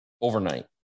overnight